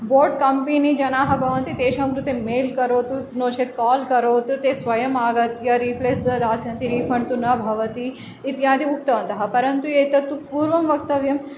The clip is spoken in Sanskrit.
बोट् कम्पेनि जनाः भवन्ति तेषां कृते मेल् करोतु नो चेत् काल् करोतु ते स्वयम् आगत्य रीप्लेस् दास्यन्ति रीफ़न्ड् तु न भवति इत्यादि उक्तवन्तः परन्तु एतत्तु पूर्वं वक्तव्यं